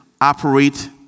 operate